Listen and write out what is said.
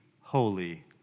holy